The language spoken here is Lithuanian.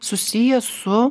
susiję su